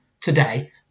today